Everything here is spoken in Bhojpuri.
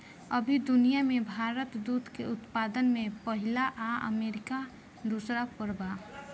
अभी दुनिया में भारत दूध के उत्पादन में पहिला आ अमरीका दूसर पर बा